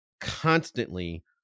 constantly